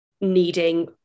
needing